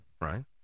right